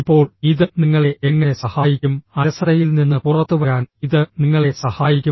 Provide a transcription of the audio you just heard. ഇപ്പോൾ ഇത് നിങ്ങളെ എങ്ങനെ സഹായിക്കും അലസതയിൽ നിന്ന് പുറത്തുവരാൻ ഇത് നിങ്ങളെ സഹായിക്കും